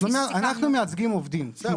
אנחנו מייצגים עובדים, בסדר?